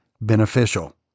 beneficial